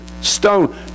stone